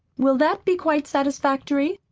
will that be quite satisfactory?